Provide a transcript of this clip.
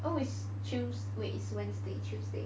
oh it's Tues~ wait it's Wednesday Tuesday